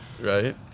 right